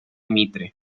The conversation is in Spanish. mitre